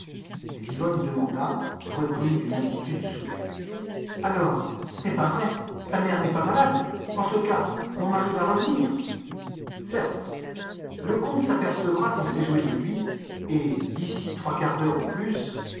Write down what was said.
mais yvonne demanda reprise d'une inquiétude soudaine alors ce n'est pas vrai sa mère n'est pas malade en ce cas mon mari va revenir certes le comte s'apercevra qu'on s'est joué de lui et d'ici trois quarts d'heure au plus